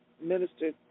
minister